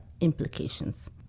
implications